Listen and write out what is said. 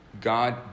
God